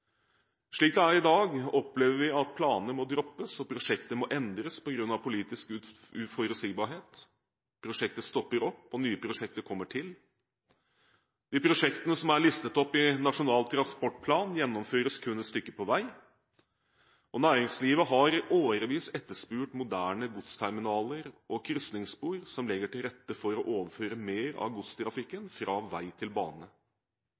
Slik det er i dag, opplever vi at planer må droppes og prosjekter må endres på grunn av politisk uforutsigbarhet. Prosjekter stopper opp, og nye prosjekter kommer til. De prosjektene som er listet opp i Nasjonal transportplan, gjennomføres kun et stykke på vei. Næringslivet har i årevis etterspurt moderne godsterminaler og krysningsspor som legger til rette for å overføre mer av godstrafikken fra vei til bane.